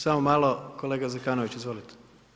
Samo malo, kolega Zekanović, izvolite.